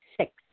six